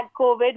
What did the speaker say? COVID